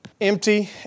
empty